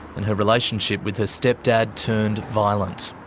and her relationship with her stepdad turned violent.